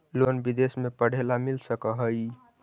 Loan विदेश में पढ़ेला मिल सक हइ?